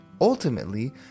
Ultimately